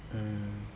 mm